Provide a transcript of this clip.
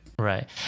Right